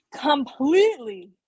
Completely